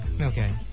Okay